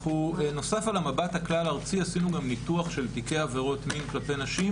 נוסף על המבט הכלל ארצי עשינו גם ניתוח של תיקי עבירות מין כלפי נשים